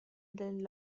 del